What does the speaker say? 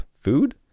food